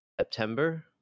September